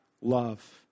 love